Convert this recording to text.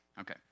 Okay